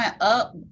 up